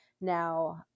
now